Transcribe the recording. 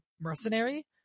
mercenary